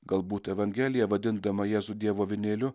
galbūt evangelija vadindama jėzų dievo avinėliu